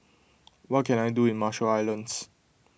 what can I do in Marshall Islands